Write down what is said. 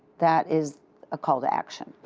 that is a call to action.